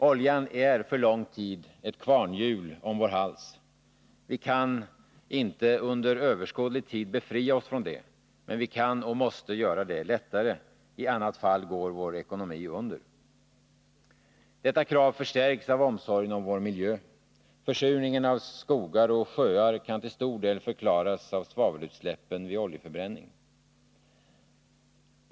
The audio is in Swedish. Oljan är för lång tid ett kvarnhjul om vår hals. Vi kan inte under överskådlig tid befria från det, men vi kan och måste göra det lättare. I annat fall går vår ekonomi under. Detta krav förstärks av omsorgen om vår miljö. Försurningen av skogar och sjöar kan till stor del förklaras av svavelutsläppen vid oljeförbränning.